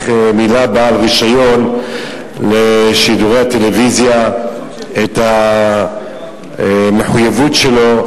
מילא בעל רשיון לשידורי טלוויזיה את המחויבות שלו.